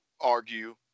argue